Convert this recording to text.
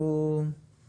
אף